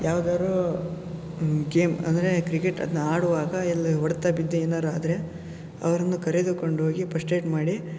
ಯಾವ್ದಾದ್ರೂ ಗೇಮ್ ಅಂದರೆ ಕ್ರಿಕೆಟ್ ಅದನ್ನ ಆಡುವಾಗ ಎಲ್ಲ ಹೊಡೆತ ಬಿದ್ದು ಏನಾರೂ ಆದರೆ ಅವರನ್ನು ಕರೆದುಕೊಂಡೋಗಿ ಪಸ್ಟ್ಏಡ್ ಮಾಡಿ